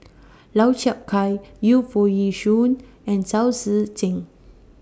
Lau Chiap Khai Yu Foo Yee Shoon and Chao Tzee Cheng